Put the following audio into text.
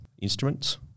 instruments